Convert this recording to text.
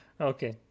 Okay